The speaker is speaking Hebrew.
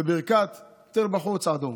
בברכת תרבחו ותסעדו.